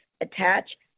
attach